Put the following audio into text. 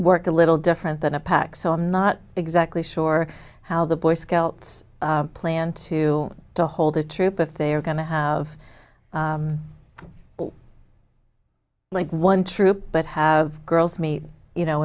work a little different than a pack so i'm not exactly sure how the boy scouts plan to to hold a troop if they are going to have like one troop but have girls meet you know